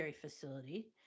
facility